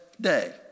day